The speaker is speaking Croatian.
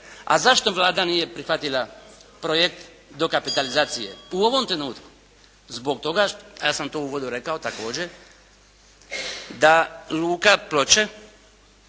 A zašto Vlada nije prihvatila projekt dokapitalizacije? U ovom trenutku zbog toga, ja sam to u uvodu rekao također, da Luka Ploče